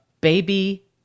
baby